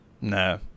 No